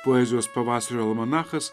poezijos pavasario almanachas